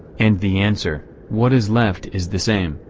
and the answer what is left is the same,